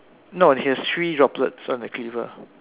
no he has three droplets on the cleaver